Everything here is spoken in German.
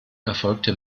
erfolgte